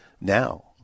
now